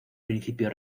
principio